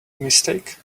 mistake